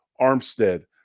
armstead